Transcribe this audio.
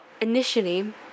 initially